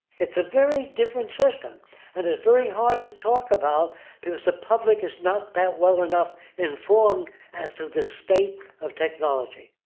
it's a very different system and it's very hard to talk about because the public is not that well enough informed as to the state of technology.